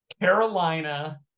Carolina